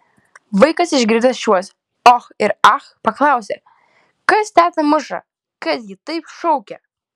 vaikas išgirdęs šiuos och ir ach paklausė kas tetą muša kad ji taip šaukia